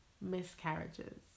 miscarriages